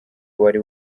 wari